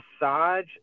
massage